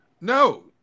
No